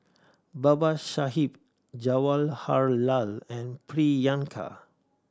Babasaheb Jawaharlal and Priyanka